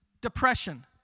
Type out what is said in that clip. Depression